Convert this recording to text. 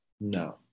No